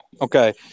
Okay